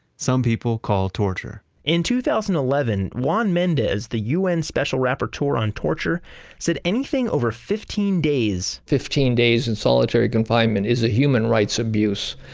some people call torture in two thousand and eleven juan mendez, the un special rapporteur on torture said anything over fifteen days fifteen days in solitary confinement is a human rights abuse.